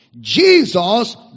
Jesus